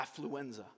affluenza